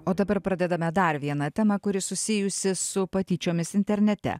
o dabar pradedame dar vieną temą kuri susijusi su patyčiomis internete